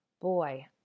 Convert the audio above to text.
boy